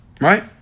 Right